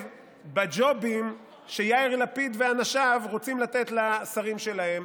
בג'ובים שיאיר לפיד ואנשיו רוצים לתת לשרים שלהם.